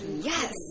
yes